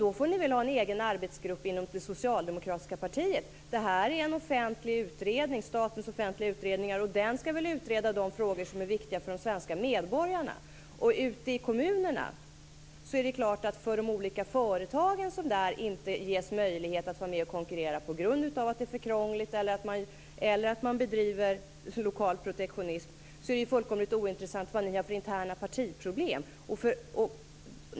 Då får ni väl ha en egen arbetsgrupp inom det socialdemokratiska partiet. Det här är en offentlig utredning som hör till statens offentliga utredningar, och den skall väl utreda de frågor som är viktiga för de svenska medborgarna. Ute i kommunerna är det för de olika företag som där inte ges möjlighet att vara med och konkurrera på grund av att det är för krångligt eller att man bedriver lokal protektionism fullkomligt ointressant vad ni har för interna partiproblem.